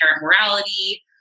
morality